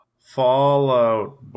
Fallout